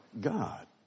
God